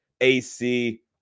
AC